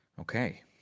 okay